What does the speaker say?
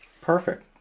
Perfect